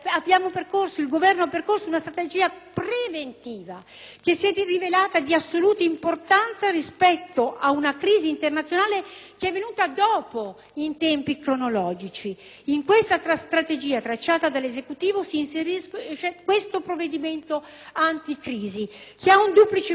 che si è rivelata di assoluta importanza rispetto a una crisi internazionale che è venuta dopo, in termini cronologici. Nella strategia tracciata dall'Esecutivo si inserisce questo provvedimento anticrisi, che ha un duplice obiettivo: sostenere la domanda e favorire lo